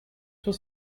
was